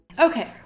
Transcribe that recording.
Okay